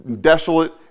desolate